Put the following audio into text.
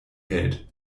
hält